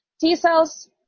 T-cells